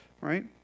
right